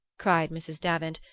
cried mrs. davant,